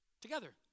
Together